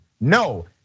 No